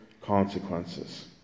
consequences